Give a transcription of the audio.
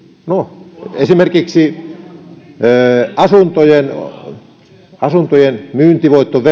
no esimerkiksi asuntojen asuntojen myyntivoittojen